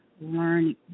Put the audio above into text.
learning